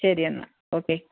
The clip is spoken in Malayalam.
ശരി എന്നാൽ ഓക്കെ